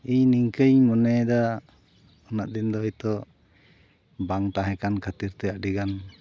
ᱤᱧ ᱱᱤᱝᱠᱟᱹᱧ ᱢᱚᱱᱮᱭᱮᱫᱟ ᱩᱱᱟᱹᱜ ᱫᱤᱱᱫᱚ ᱦᱚᱭᱛᱚ ᱵᱟᱝ ᱛᱟᱦᱮᱸᱠᱟᱱ ᱠᱷᱟᱹᱛᱤᱨᱛᱮ ᱟᱹᱰᱤᱜᱟᱱ